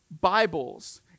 Bibles